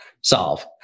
solve